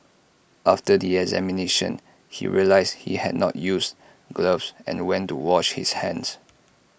after the examination he realised he had not used gloves and went to wash his hands